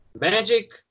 magic